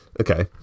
Okay